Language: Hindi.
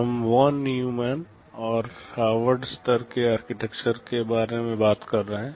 हम वॉन न्यूमन और हार्वर्ड स्तर के आर्किटेक्चर के बारे में बात करते हैं